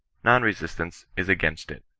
non-resistance is against it.